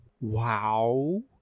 wow